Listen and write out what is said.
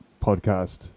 podcast